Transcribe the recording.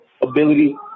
ability